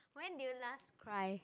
when did you last cry